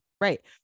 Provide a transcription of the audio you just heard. Right